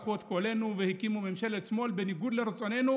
לקחו את קולנו והקימו ממשלת שמאל בניגוד לרצוננו,